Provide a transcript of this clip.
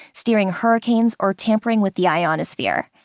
steering hurricanes, or tampering with the ionosphere.